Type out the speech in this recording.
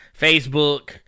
Facebook